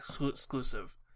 exclusive